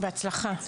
בהצלחה.